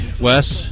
Wes